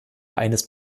eines